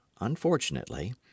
unfortunately